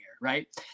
right